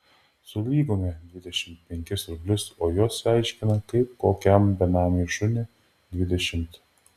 sulygome dvidešimt penkis rublius o jos aiškina kaip kokiam benamiui šuniui dvidešimt